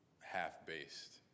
half-based